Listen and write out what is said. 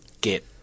get